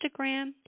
Instagram